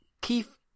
Keith